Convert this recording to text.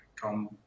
come